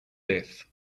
death